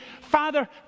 Father